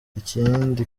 ikindi